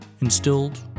instilled